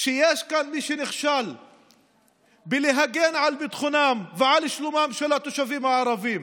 שיש כאן מי שנכשל בלהגן על ביטחונם ועל שלומם של התושבים הערבים.